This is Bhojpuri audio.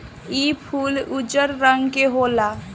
इ फूल उजर रंग के होला